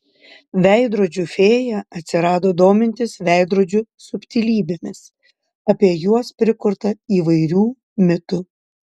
veidrodžių fėja atsirado domintis veidrodžių subtilybėmis apie juos prikurta įvairių mitų